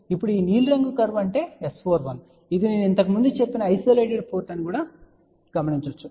ఇప్పుడు ఈ నీలిరంగు కర్వ్ అంటే S41 అని చెప్పవచ్చు ఇది నేను ఇంతకు ముందు చెప్పిన ఐసోలేటెడ్ పోర్ట్ అని చెప్పవచ్చు